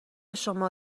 شما